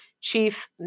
Chief